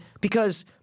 because-